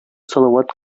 салават